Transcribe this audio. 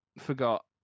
forgot